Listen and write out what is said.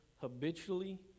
habitually